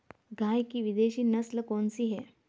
गाय की विदेशी नस्ल कौन सी है?